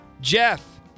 Jeff